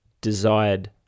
desired